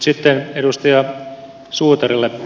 sitten edustaja suutarille